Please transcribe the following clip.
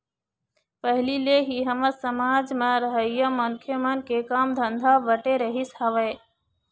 पहिली ले ही हमर समाज म रहइया मनखे मन के काम धंधा बटे रहिस हवय